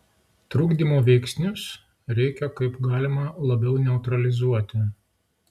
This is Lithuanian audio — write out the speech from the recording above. trukdymo veiksnius reikia kaip galima labiau neutralizuoti